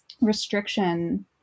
restriction